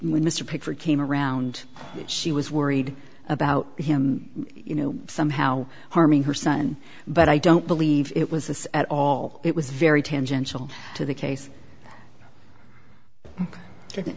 when mr picture came around she was worried about him you know somehow harming her son but i don't believe it was this at all it was very tangential to the case